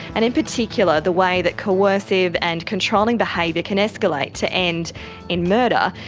and in particular the way that coercive and controlling behaviour can escalate to end in murder,